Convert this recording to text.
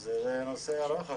זה נושא ארוך.